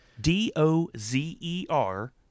D-O-Z-E-R